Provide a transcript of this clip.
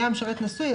היה המשרת נשוי,